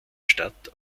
stadt